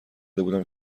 بودم